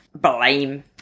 blame